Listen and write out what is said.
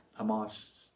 Hamas